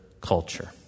culture